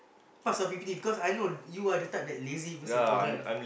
pass I_P_P_T because I know you are the type that lazy person to run